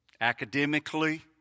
Academically